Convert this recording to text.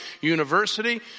University